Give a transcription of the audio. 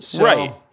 Right